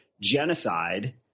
genocide